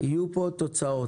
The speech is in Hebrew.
יהיו פה תוצאות.